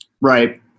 Right